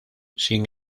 sin